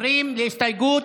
עוברים להסתייגות,